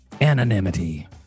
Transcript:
Anonymity